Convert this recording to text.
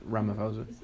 Ramaphosa